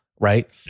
right